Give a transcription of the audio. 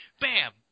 Bam